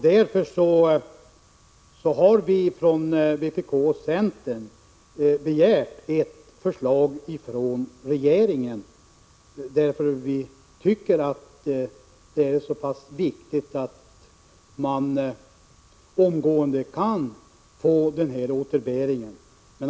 Därför har vi från vpk och centern begärt ett förslag från regeringen. Vi tycker att det är så pass viktigt att man omedelbart kan få denna återbäring.